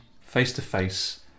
face-to-face